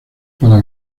para